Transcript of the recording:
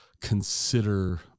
consider